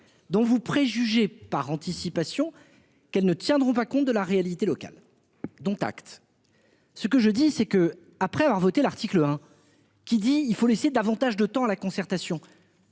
dont vous préjugés par anticipation qu'elles ne tiendront pas compte de la réalité locale. Dont acte. Ce que je dis c'est que après avoir voté l'article 1 qui dit, il faut laisser davantage de temps à la concertation.